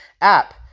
app